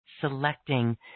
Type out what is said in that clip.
selecting